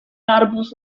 garbus